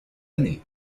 année